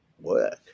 work